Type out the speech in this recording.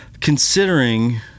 considering